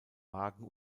wagen